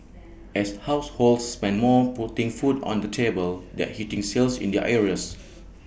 as households spend more putting food on the table that's hitting sales in the areas